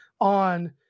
on